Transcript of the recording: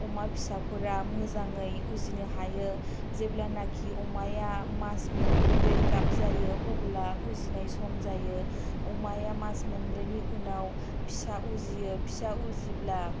अमा फिसाफोरा मोजाङै उजिनो हायो जेब्लानाखि अमाया माच मोनब्रैयै गाब जायो अबोला उजिनाय सम जायो अमाया माच मोनब्रैनि उनाव फिसा उजियो फिसा उजिब्ला